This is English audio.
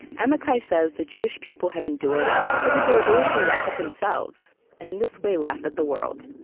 amichai says the jewish people have endured because of their ability to laugh at themselves and, in this way, laugh at the world